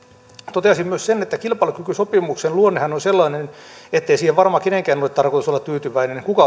toteaisin myös sen että kilpailukykysopimuksen luonnehan on sellainen ettei siihen varmaan kenenkään ole tarkoitus olla tyytyväinen kuka